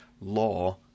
law